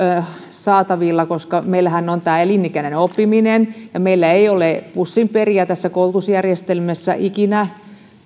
saatavilla koska meillähän on tämä elinikäinen oppiminen ja meillä ei ole pussinperiä tässä koulutusjärjestelmässä ikinä